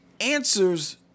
answers